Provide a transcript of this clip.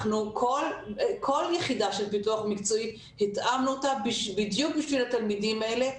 כל יחידה של פיתוח מקצועי התאמנו אותה בדיוק בשביל התלמידים האלה.